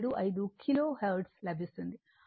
475 kilohertz లభిస్తుంది